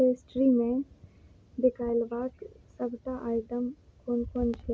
पेस्ट्रीमे जे काल्हि एबाक सबटा आइटम कोन कोन छै